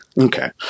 Okay